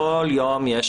כל יום יש